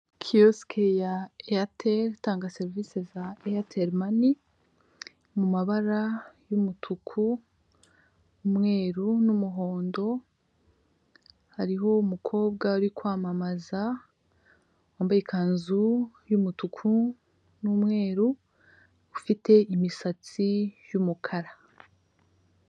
Kiyosike ya Eyateli, itanga serivise za Eyateli Mani mu mabara y'umutuku, umweru, n'umuhondo hariho umukobwa uri kwamamaza, wambaye ikanzu y'umutuku n'umweru, ufite imisatsi y'umukara.